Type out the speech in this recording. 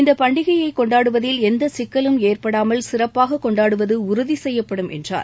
இந்த பண்டிகையை கொண்டாடுவதில் எந்த சிக்கலும் ஏற்படாமல் சிறப்பாக கொண்டாடுவது உறுதி செய்யப்படும் என்றார்